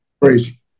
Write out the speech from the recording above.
crazy